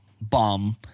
bomb